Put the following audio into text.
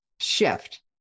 shift